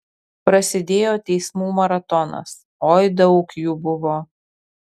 prasidėjo teismų maratonas oi daug jų buvo